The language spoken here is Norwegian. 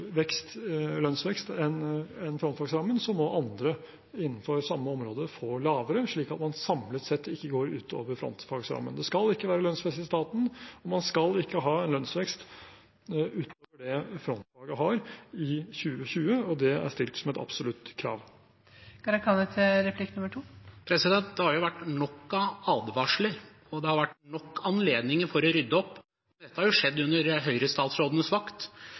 lønnsvekst enn frontfagsrammen, må andre innenfor samme område få lavere, slik at man samlet sett ikke går utover frontfagsrammen. Det skal ikke være lønnsfest i staten. Man skal ikke ha en lønnsvekst utover den frontfaget har i 2020 – og det er stilt som et absolutt krav. Det har vært nok av advarsler, og det har vært nok anledninger til å rydde opp, for dette har jo skjedd under Høyre-statsrådenes vakt.